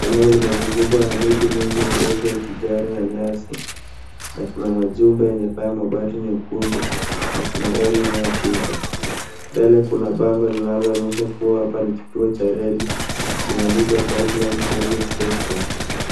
Eneo limezungukwa na miti mingi mirefu ya kijani na nyasi na kuna majumba ya mabati nyekundu na kuna reli inayopita. Mbele kuna bango linaloonyesha kubwa hapa ni kituo cha reli mimea rukwa pipeline railway station.